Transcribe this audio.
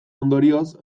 ondorioz